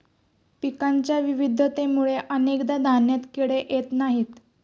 पिकांच्या विविधतेमुळे अनेकदा धान्यात किडे येत नाहीत